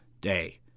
day